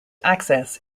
access